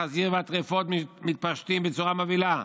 החזיר והטרפות מתפשטים בצורה מבהילה.